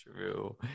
true